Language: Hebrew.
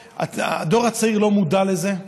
הדור הצעיר לא מודע לו,